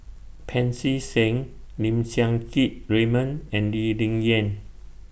Pancy Seng Lim Siang Keat Raymond and Lee Ling Yen